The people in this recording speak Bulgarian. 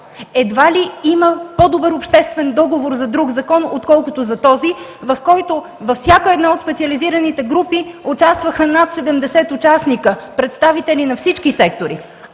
Едва ли има по-добър обществен договор за друг закон, отколкото за този, в който във всяка една от специализираните групи участваха над 70 участника – представители на всеки сектори.